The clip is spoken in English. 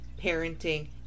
parenting